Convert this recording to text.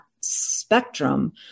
spectrum